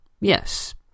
Yes